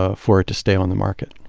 ah for it to stay on the market